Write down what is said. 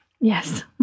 Yes